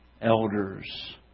elders